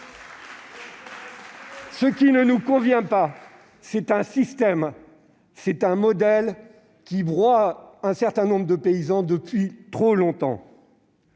Ce qui ne nous convient pas, c'est un modèle qui broie un certain nombre de paysans depuis trop longtemps.